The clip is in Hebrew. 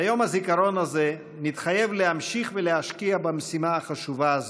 ביום הזיכרון הזה נתחייב להמשיך ולהשקיע במשימה החשובה הזו,